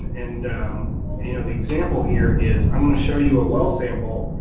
and you know the example here is i'm going to show you a well sample,